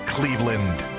Cleveland